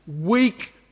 weak